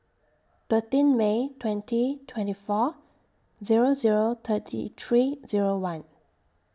thirteen May twenty twenty four Zero Zero thirty three Zero one